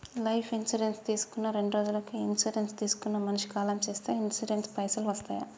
Life insurance తీసుకున్న రెండ్రోజులకి insurance తీసుకున్న మనిషి కాలం చేస్తే ఇన్సూరెన్స్ పైసల్ వస్తయా?